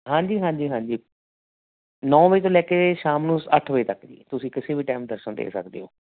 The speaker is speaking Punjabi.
ਹਾਂਜੀ ਹਾਂਜੀ ਹਾਂਜੀ ਨੌਂ ਵਜੇ ਤੋਂ ਲੈ ਕੇ ਸ਼ਾਮ ਨੂੰ ਅੱਠ ਵਜੇ ਤੱਕ ਜੀ ਤੁਸੀਂ ਕਿਸੇ ਵੀ ਟਾਈਮ ਦਰਸ਼ਨ ਦੇ ਸਕਦੇ ਹੋ